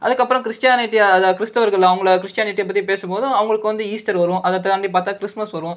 அதுக்கப்புறம் கிறிஸ்டியானிட்டியாக அதை கிறிஸ்துவர்கள் அவங்களை கிறிஸ்டியானிட்டியை பற்றி பேசும்போது அவர்களுக்கு வந்து ஈஸ்டர் வரும் அதை தாண்டி பார்த்தா கிறிஸ்மஸ் வரும்